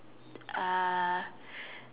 uh